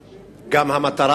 בבקשה,